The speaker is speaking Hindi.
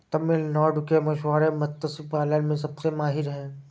तमिलनाडु के मछुआरे मत्स्य पालन में सबसे माहिर हैं